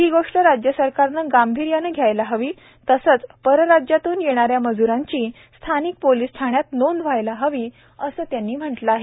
ही गोष्ट राज्य सरकारनं गांभीर्यानं घ्यायला हवी तसंच परराज्यातून येणाऱ्या मज्रांची स्थानिक पोलीस ठाण्यात नोंद व्हायला हवी असं त्यांनी म्हटलं आहे